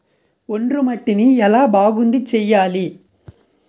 ఒండ్రు మట్టిని ఎలా బాగుంది చేయాలి?